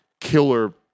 killer